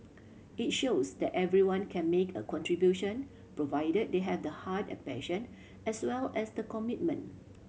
it shows that everyone can make a contribution provided they have the heart and passion as well as the commitment